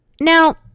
Now